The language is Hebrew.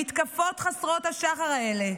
המתקפות חסרות השחר האלה,